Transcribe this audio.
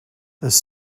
this